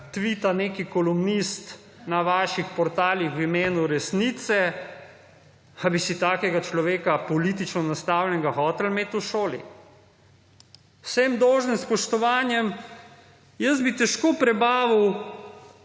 tvita nek kolumnist na vaših portalih V imenu resnice – ali bi takega človeka, politično nastavljenega, hoteli imeti v šoli? Z vsem dolžnim spoštovanjem, jaz bi težko prebavil